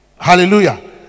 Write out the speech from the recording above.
Hallelujah